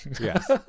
Yes